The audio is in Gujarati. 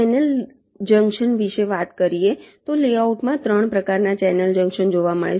ચેનલ જંકશન વિશે વાત કરીએ તો લેઆઉટમાં 3 પ્રકારના ચેનલ જંકશન જોવા મળે છે